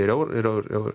ir eur ir eur eur